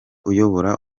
uyobora